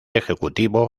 ejecutivo